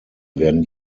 werden